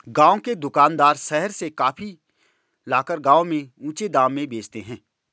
गांव के दुकानदार शहर से कॉफी लाकर गांव में ऊंचे दाम में बेचते हैं